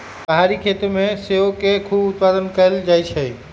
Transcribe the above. पहारी खेती में सेओ के खूब उत्पादन कएल जाइ छइ